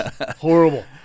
horrible